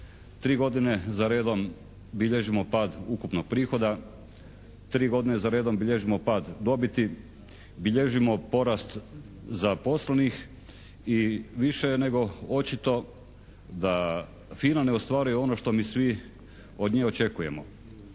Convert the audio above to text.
Tri godine za redom bilježimo pad ukupnog prihoda. Tri godine za redom bilježimo pad dobiti. Bilježimo porast zaposlenih i više je nego očito da FINA ne ostvaruje ono što mi svi od nje očekujemo.